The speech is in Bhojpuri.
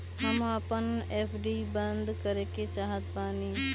हम अपन एफ.डी बंद करेके चाहातानी